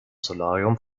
solarium